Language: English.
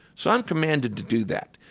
so i'm commanded to do that.